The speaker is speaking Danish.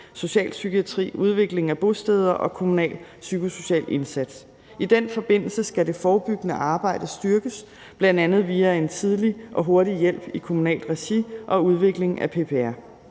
socialpsykiatri, udvikling af bosteder og kommunal psykosocial indsats. I den forbindelse skal det forebyggende arbejde styrkes, bl.a. via en tidlig og hurtig hjælp i kommunalt regi og udvikling af PPR.